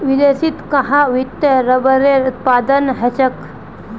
विदेशत कां वत्ते रबरेर उत्पादन ह छेक